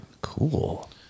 Cool